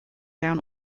down